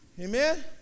Amen